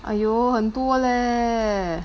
!aiyo! 很多 leh